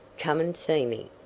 come and see me.